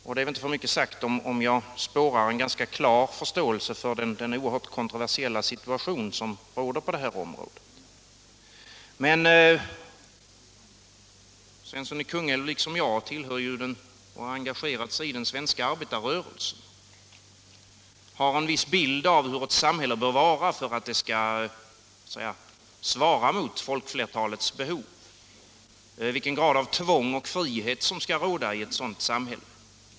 Det är väl inte för mycket sagt att jag spårar en ganska klar förståelse för den oerhört kontroversiella situation som råder på detta område. Herr Svensson i Kungälv tillhör liksom jag — och har engagerat sig i — den svenska arbetarrörelsen och har en viss bild av hur ett samhälle bör vara för att det skall svara mot folkflertalets behov, vilken grad av tvång och frihet som skall råda i ett sådant samhälle.